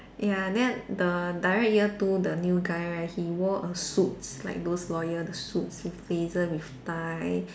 ya then the direct year two the new guy right he wore a suits like those lawyer the suits with blazer with tie